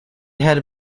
had